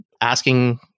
asking